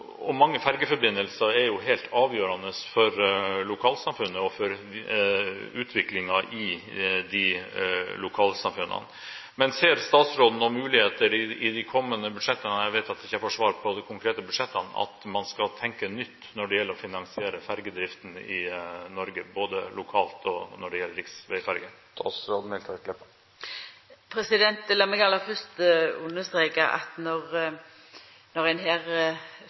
og mange fergeforbindelser er jo helt avgjørende for lokalsamfunnene og for utviklingen i disse. Ser statsråden noen muligheter i de kommende budsjettene – jeg vet at jeg ikke får svar når det gjelder de konkrete budsjettene – til å tenke nytt med hensyn til å finansiere fergedriften i Norge, både lokalt og når det gjelder riksveiferger? Lat meg aller fyrst understreka at